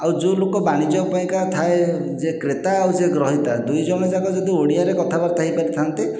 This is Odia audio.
ଆଉ ଯେଉଁଲୋକ ବାଣିଜ୍ୟ ପାଇଁକା ଥାଏ ଯେ କ୍ରେତା ଆଉ ଯେ ଗ୍ରହିତା ଦୁଇ ଜଣଯାକ ଯଦି ଓଡ଼ିଆରେ କଥାବାର୍ତ୍ତା ହୋଇପାରିଥାନ୍ତେ